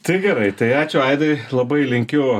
tai gerai tai ačiū aidai labai linkiu